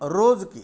రోజుకి